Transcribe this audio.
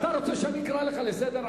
אתה רוצה שאני אקרא לך לסדר?